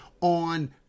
on